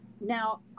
now